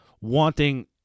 wanting